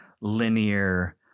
linear